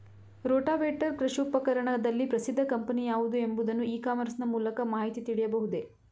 Rotavator ಕೃಷಿ ಉಪಕರಣದಲ್ಲಿ ಪ್ರಸಿದ್ದ ಕಂಪನಿ ಯಾವುದು ಎಂಬುದನ್ನು ಇ ಕಾಮರ್ಸ್ ನ ಮೂಲಕ ಮಾಹಿತಿ ತಿಳಿಯಬಹುದೇ?